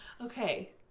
Okay